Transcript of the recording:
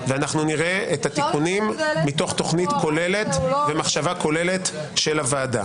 ואנחנו נראה את התיקונים מתוך תכנית כוללת ומחשבה כוללת של הוועדה.